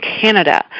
Canada